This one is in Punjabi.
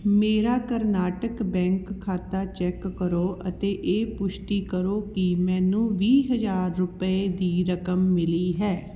ਮੇਰਾ ਕਰਨਾਟਕ ਬੈਂਕ ਖਾਤਾ ਚੈੱਕ ਕਰੋ ਅਤੇ ਇਹ ਪੁਸ਼ਟੀ ਕਰੋ ਕੀ ਮੈਨੂੰ ਵੀਹ ਹਜ਼ਾਰ ਰੁਪਏ ਦੀ ਰਕਮ ਮਿਲੀ ਹੈ